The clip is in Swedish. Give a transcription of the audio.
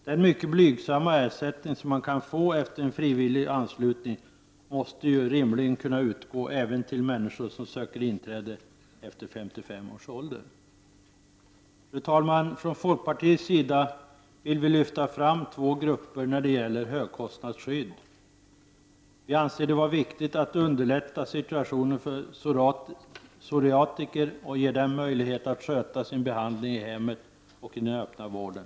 Den mycket blygsamma ersättning som man kan få efter frivillig anslutning måste rimligen kunna utgå även till människor som söker inträde efter 55 års ålder. Fru talman! Vi i folkpartiet vill lyfta fram två grupper när det gäller högkostnadsskyddet. Vi anser det vara viktigt att underlätta situationen för psoriatiker genom att ge dem möjlighet att sköta sin behandling i hemmet och i den öppna vården.